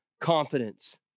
confidence